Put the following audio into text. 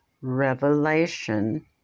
revelation